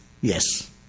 Yes